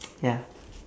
ya